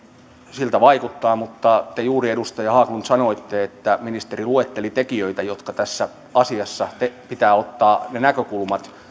siltä vaikuttaa mutta te juuri edustaja haglund sanoitte että ministeri luetteli tekijöitä joista tässä asiassa pitää ottaa ne näkökulmat